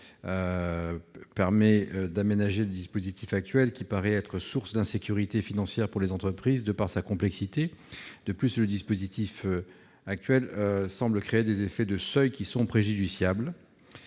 tend à aménager le dispositif actuel, qui paraît être source d'insécurité financière pour les entreprises de par sa complexité. De plus, il semble que ce mécanisme crée des effets de seuil préjudiciables.